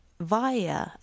via